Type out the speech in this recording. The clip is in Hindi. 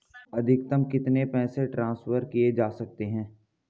अधिकतम कितने पैसे ट्रांसफर किये जा सकते हैं?